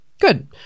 Good